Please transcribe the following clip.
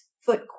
foot